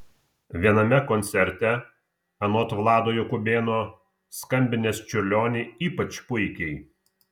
viename koncerte anot vlado jakubėno skambinęs čiurlionį ypač puikiai